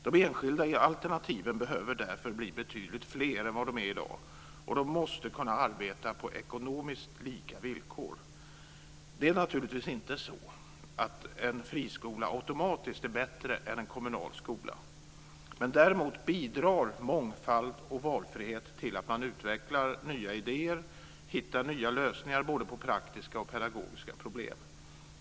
De enskilda alternativen behöver därför bli betydligt fler än de är i dag och de måste kunna arbeta på ekonomiskt lika villkor. Det är naturligtvis inte så att en friskola automatiskt är bättre än en kommunal skola. Däremot bidrar mångfald och valfrihet till att man utvecklar nya idéer och hittar nya lösningar både på praktiska och pedagogiska problem.